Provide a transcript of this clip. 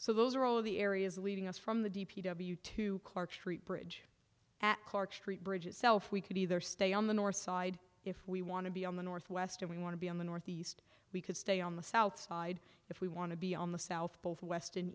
so those are all of the areas leading us from the d p w to clark street bridge at clark street bridge itself we can either stay on the north side if we want to be on the northwest and we want to be on the north east we could stay on the south side if we want to be on the south both west and